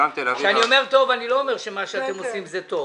כשאני אומר טוב אני לא אומר שמה שאתם עושים זה טוב,